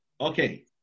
Okay